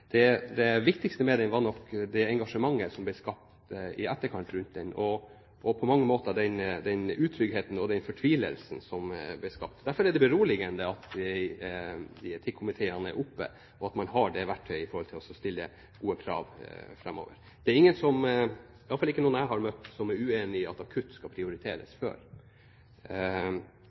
det viktigste med den er å vise det engasjementet som på mange måter ble skapt rundt den i etterkant, og den utryggheten og den fortvilelsen som ble skapt. Derfor er det beroligende at man har etikkomiteer, og at man har det verktøyet i forhold til å stille gode krav framover. Det er ingen – iallfall ikke noen jeg har møtt – som er uenig i at akuttilfeller skal prioriteres